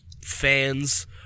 fans